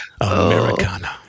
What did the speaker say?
Americana